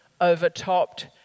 overtopped